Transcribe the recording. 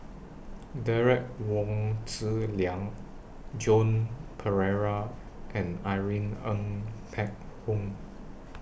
Derek Wong Zi Liang Joan Pereira and Irene Ng Phek Hoong